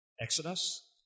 Exodus